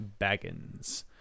Baggins